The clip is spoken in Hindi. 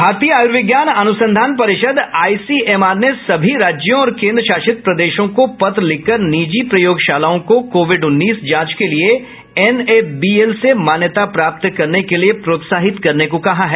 भारतीय आयूर्विज्ञान अन्संधान परिषद आईसीएमआर ने सभी राज्यों और केन्द्र शासित प्रदेशों को पत्र लिखकर निजी प्रयोगशालाओं को कोविड उन्नीस जांच के लिए एन ए बी एल से मन्यता प्राप्त करने के लिए प्रोत्साहित करने को कहा है